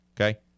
Okay